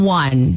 one